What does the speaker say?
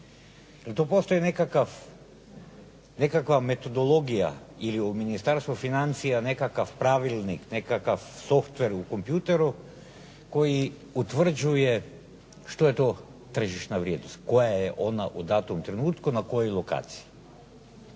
nekakav, nekakva metodologija ili u Ministarstvu financija nekakav pravilnik, nekakav softveru kompjuteru koji utvrđuje što je to tržišna vrijednost, koja je ona u datom trenutku, na kojoj lokaciji.